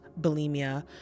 bulimia